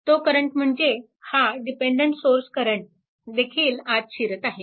तो करंट म्हणजे हा डिपेन्डन्ट सोर्स करंट देखील आत शिरत आहे